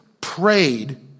prayed